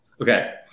Okay